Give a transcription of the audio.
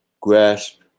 grasp